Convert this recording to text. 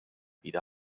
wieder